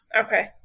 okay